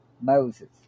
Moses